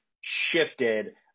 shifted